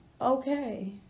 okay